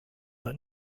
that